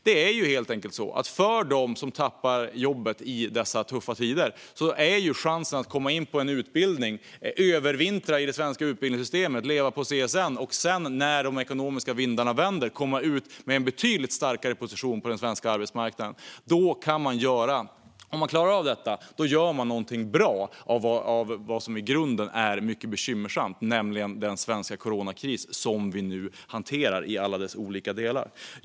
Det är helt enkelt så att för dem som mister jobbet i dessa tuffa tider ökar utbildning, att övervintra i det svenska utbildningssystemet och leva på CSN, chansen att komma ut med en betydligt starkare position på den svenska arbetsmarknaden när de ekonomiska vindarna vänder. Om man klarar av detta gör man någonting bra av vad som i grunden är mycket bekymmersamt, nämligen den svenska coronakris som vi nu hanterar i alla dess olika delar.